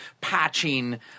patching